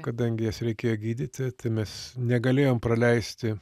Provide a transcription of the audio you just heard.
kadangi jas reikėjo gydyti tai mes negalėjom praleisti